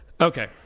Okay